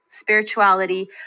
spirituality